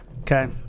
okay